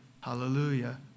hallelujah